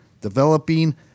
developing